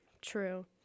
true